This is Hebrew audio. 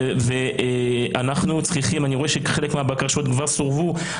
אני רואה שחלק מהבקשות כבר סורבו.